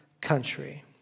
country